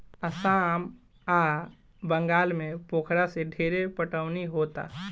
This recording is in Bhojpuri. आसाम आ बंगाल में पोखरा से ढेरे पटवनी होता